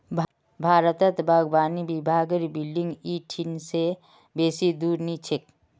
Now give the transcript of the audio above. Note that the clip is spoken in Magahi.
भारतत बागवानी विभागेर बिल्डिंग इ ठिन से बेसी दूर नी छेक